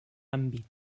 àmbit